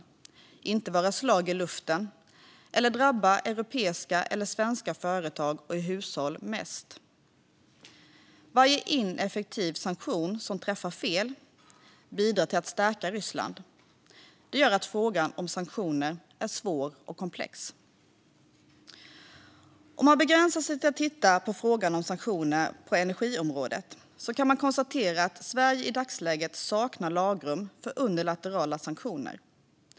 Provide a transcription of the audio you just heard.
De ska inte vara slag i luften eller drabba europeiska eller svenska företag och hushåll mest. Varje ineffektiv sanktion som träffar fel bidrar till att stärka Ryssland. Det gör att frågan om sanktioner är svår och komplex. Om man begränsar sig till att titta på frågan om sanktioner på energiområdet kan man konstatera att Sverige i dagsläget saknar lagrum för unilaterala sanktioner.